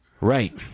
Right